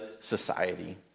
society